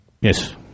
Yes